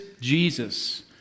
Jesus